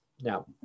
now